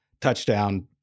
touchdown